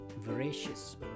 voracious